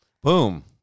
Boom